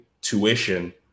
tuition